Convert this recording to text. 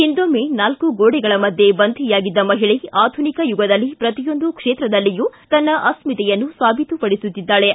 ಹಿಂದೊಮ್ಮ ನಾಲ್ಕು ಗೋಡೆಗಳ ನಡುವೆ ಬಂಧಿಯಾಗಿದ್ದ ಮಹಿಳೆ ಆಧುನಿಕ ಯುಗದಲ್ಲಿ ಪ್ರತಿಯೊಂದು ಕ್ಷೇತ್ರದಲ್ಲಿಯೂ ತನ್ನ ಅಸ್ಕಿತೆಯನ್ನು ಸಾಬೀತುಪಡಿಸಿದ್ದಾಳೆ